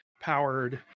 powered